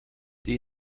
die